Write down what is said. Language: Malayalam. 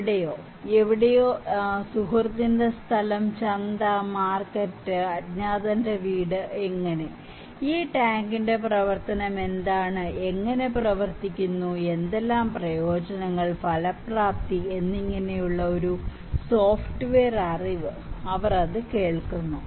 എവിടെയോ എവിടെയോ സുഹൃത്തിന്റെ സ്ഥലം ചന്ത മാർക്കറ്റ് അജ്ഞാതന്റെ വീട് അങ്ങനെ ഈ ടാങ്കിന്റെ പ്രവർത്തനം എന്താണ് എങ്ങനെ പ്രവർത്തിക്കുന്നു എന്തെല്ലാം പ്രയോജനങ്ങൾ ഫലപ്രാപ്തി എന്നിങ്ങനെയുള്ള ഒരു സോഫ്റ്റ്വെയർ അറിവ് അവർ അത് കേൾക്കുന്നു